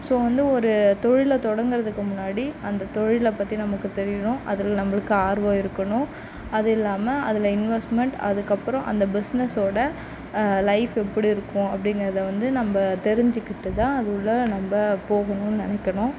so வந்து ஒரு தொழிலை தொடங்குறதுக்கு முன்னாடி அந்த தொழிலை பற்றி நமக்கு தெரியணும் அதில் நம்பளுக்கு ஆர்வம் இருக்கணும் அது இல்லாமல் அதில் இன்வெஸ்ட்மென்ட் அதுக்கப்புறோம் அந்த பிஸ்னஸ்ஸோட லைஃப் எப்படி இருக்கும் அப்படிங்கறத வந்து நம்ப தெரிஞ்சுக்கிட்டு தான் அதுஉள்ளார நம்ப போகணும்ன்னு நினக்கணும்